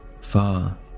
far